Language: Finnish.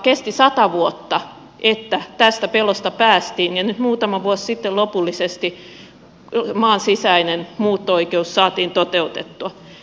kesti sata vuotta että tästä pelosta päästiin ja nyt muutama vuosi sitten lopullisesti maan sisäinen muutto oikeus saatiin toteutettua